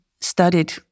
studied